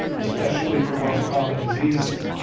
especially for most common diseases.